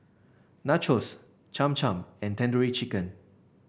Nachos Cham Cham and Tandoori Chicken